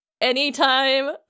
anytime